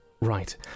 Right